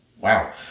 Wow